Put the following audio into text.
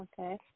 Okay